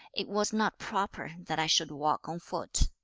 it was not proper that i should walk on foot